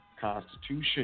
Constitution